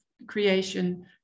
creation